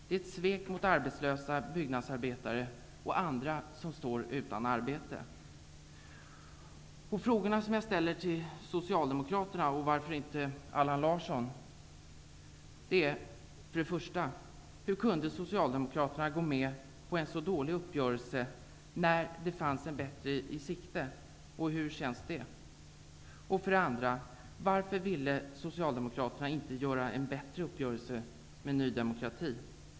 Det är ett svek mot arbetslösa byggnadsarbetare och andra som står utan arbete. De frågor jag ställer till socialdemokraterna -- och varför inte till Allan Larsson -- är för det första: Hur kunde ni socialdemokrater gå med på en så dålig uppgörelse när en bättre fanns i sikte? Hur känns det? För det andra: Varför ville ni inte göra en bättre uppgörelse med Ny demokrati?